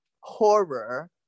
horror